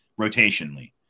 rotationally